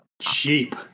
Cheap